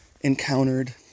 encountered